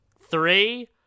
Three